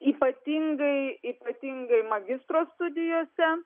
ypatingai ypatingai magistro studijose